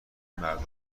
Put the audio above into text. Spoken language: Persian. مردم